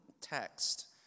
text